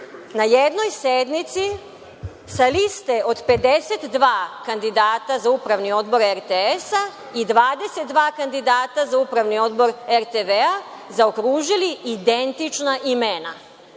na jednoj sednici sa liste od 52 kandidata za Upravni odbor RTS i 22 kandidata za Upravni odbor RTV zaokružili identična imena. Tako